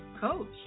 Coach